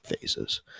phases